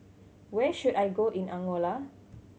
where should I go in Angola